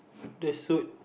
the suit